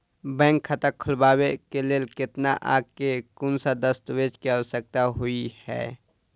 Bank खाता खोलबाबै केँ लेल केतना आ केँ कुन सा दस्तावेज केँ आवश्यकता होइ है?